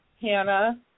Hannah